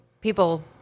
people